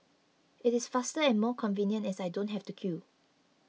it is faster and more convenient as I don't have to queue